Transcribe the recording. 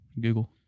Google